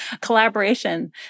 collaboration